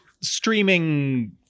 streaming